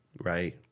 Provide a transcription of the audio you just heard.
Right